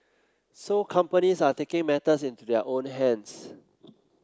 so companies are taking matters into their own hands